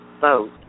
boat